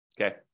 Okay